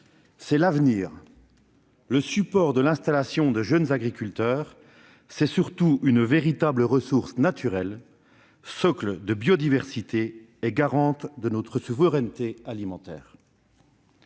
est le support de l'installation de jeunes agriculteurs ; elle est surtout une véritable ressource naturelle, socle de biodiversité et garante de notre souveraineté alimentaire.